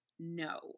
no